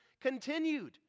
continued